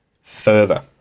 further